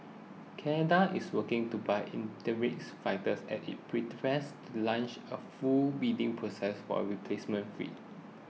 Canada is working to buy interims fighters as it prit fest to launch a full bidding process for a replacement fleet